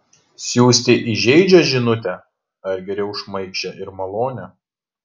siųsti įžeidžią žinutę ar geriau šmaikščią ir malonią